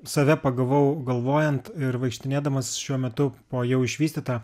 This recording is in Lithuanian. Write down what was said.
save pagavau galvojant ir vaikštinėdamas šiuo metu po jau išvystytą